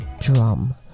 drum